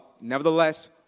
nevertheless